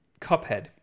Cuphead